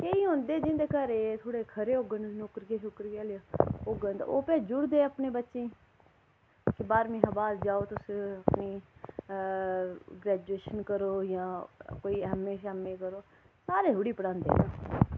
केईं होंदे जिंदे घरै दे थोह्ड़े खरे होङन नौकरी शौकरियां आह्ले होङन ते ओह् भेजी उड़दे अपनी बच्चें गी कि बाह्रमीं हा बाद जाओ तुस अपनी ग्रैजुऐशन करो जां कोई एम ए शैमे करो सारे थोह्ड़ी पढ़ांदे न